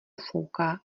fouká